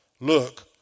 look